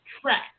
track